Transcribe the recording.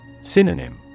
Synonym